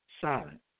silent